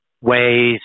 ways